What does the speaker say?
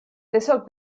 deshalb